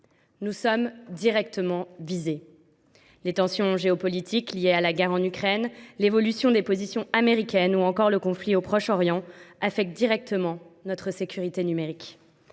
Nous sommes directement visés. Les tensions géologiques liées à la guerre en Ukraine, l’évolution des positions américaines ou encore le conflit au Proche Orient affectent directement notre sécurité numérique.